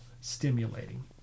stimulating